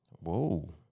Whoa